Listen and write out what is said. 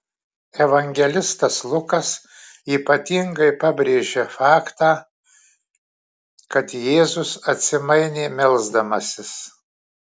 evangelistas lukas ypatingai pabrėžia faktą kad jėzus atsimainė melsdamasis